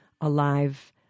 alive